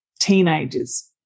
teenagers